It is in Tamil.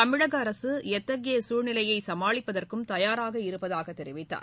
தமிழக அரசு எத்தகைய சூழ்நிலையை சமாளிப்பதற்கும் தயாராக இருப்பதாக தெரிவித்தார்